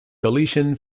galician